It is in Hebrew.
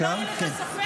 חבר הכנסת חנוך מלביצקי.